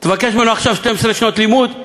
תבקש ממנו עכשיו 12 שנות לימוד?